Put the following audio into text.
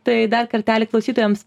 tai dar kartelį klausytojams